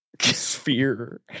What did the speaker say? sphere